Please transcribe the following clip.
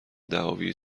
دعاوی